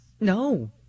No